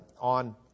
on